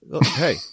Hey